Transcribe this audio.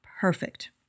perfect